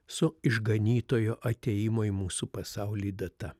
su išganytojo atėjimo į mūsų pasaulį data